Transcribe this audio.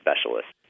specialists